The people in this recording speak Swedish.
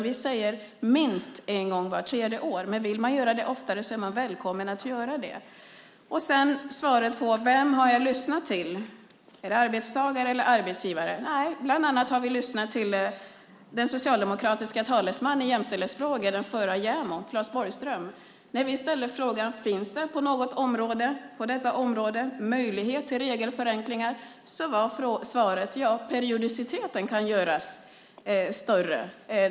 Vi säger minst en gång vart tredje år , men vill man göra det oftare är man välkommen att göra det. Vem har jag lyssnat till - arbetstagare eller arbetsgivare? Nej, bland annat har vi lyssnat till den socialdemokratiske talesmannen i jämställdhetsfrågor - förre JämO, Claes Borgström. När vi ställde frågan om det på detta område finns möjlighet till regelförenklingar var svaret: Ja, periodiciteten kan göras större.